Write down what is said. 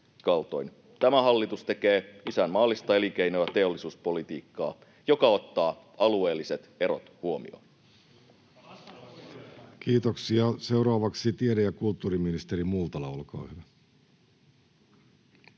Tämä hallitus tekee isänmaallista elinkeino‑ ja teollisuuspolitiikkaa, joka ottaa alueelliset erot huomioon. Kiitoksia. — Seuraavaksi tiede‑ ja kulttuuriministeri Multala, olkaa hyvä.